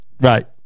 Right